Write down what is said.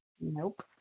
Nope